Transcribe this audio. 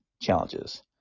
challenges